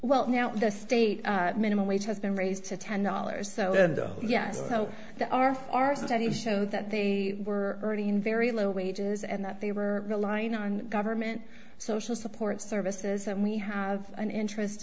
well now the state minimum wage has been raised to ten dollars so yes the our our studies show that they were already in very low wages and that they were relying on government social support services and we have an interest